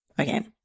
Okay